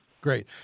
great